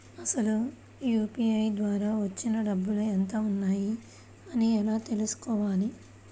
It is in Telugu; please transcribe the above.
అసలు యూ.పీ.ఐ ద్వార వచ్చిన డబ్బులు ఎంత వున్నాయి అని ఎలా తెలుసుకోవాలి?